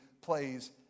plays